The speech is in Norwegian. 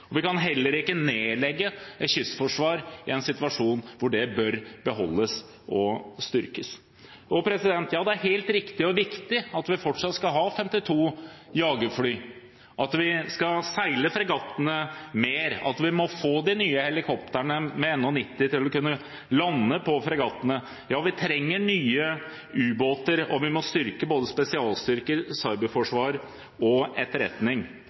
Vi kan heller ikke nedlegge et kystforsvar i en situasjon hvor det bør beholdes og styrkes. Ja, det er helt riktig og viktig at vi fortsatt skal ha 52 jagerfly, at fregattene skal seile mer, at vi må få de nye helikoptrene, NH90, til å kunne lande på fregattene. Ja, vi trenger nye ubåter, og vi må styrke både spesialstyrker, cyberforsvar og etterretning.